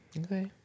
Okay